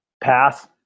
Pass